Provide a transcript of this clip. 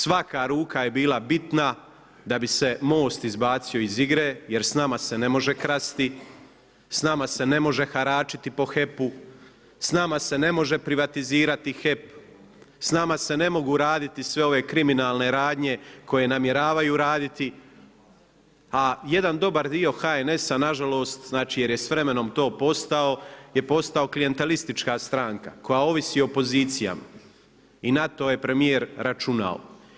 Svaka ruka je bila bitna, da bi se Most izbacio iz igre, jer s nama se ne može krasti, s nama se ne može haračiti po HEP-u, s nama se ne može privatizirati HEP, s nama se ne mogu raditi sve ove kriminalne radnje koje namjeravaju raditi, a jedan dobar dio HNS-a, nažalost, jer je s vremenom to postao, je postao klijentelistička stranka koja ovisi o pozicijama i na to je premijer računao.